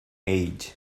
age